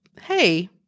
Hey